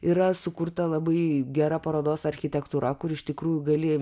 yra sukurta labai gera parodos architektūra kur iš tikrųjų gali